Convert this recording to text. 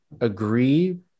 agree